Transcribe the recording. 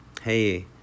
hey